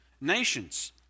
nations